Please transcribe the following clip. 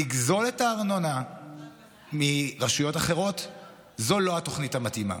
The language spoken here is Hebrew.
לגזול את הארנונה מרשויות אחרות זו לא התוכנית המתאימה.